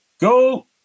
go